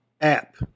app